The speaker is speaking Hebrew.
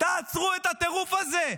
תעצרו את הטירוף הזה.